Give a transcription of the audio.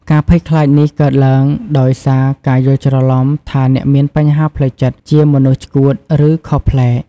ការភ័យខ្លាចនេះកើតឡើងដោយសារការយល់ច្រឡំថាអ្នកមានបញ្ហាផ្លូវចិត្តជាមនុស្សឆ្កួតឬខុសប្លែក។